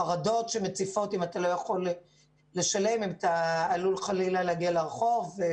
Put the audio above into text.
החרדות שמציפות אם אתה לא יכול לשלם ואתה חלילה עלול להגיע לרחוב.